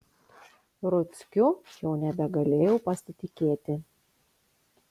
ruckiu jau nebegalėjau pasitikėti